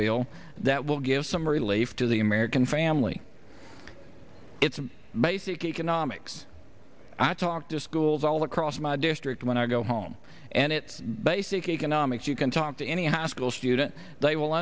bill that will give some relief to the american family it's basic economics i talk to schools all across my district when i go home and it's basic economics you can talk to any high school student they will